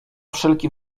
wszelki